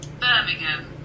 Birmingham